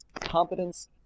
competence